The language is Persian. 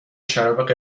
شراب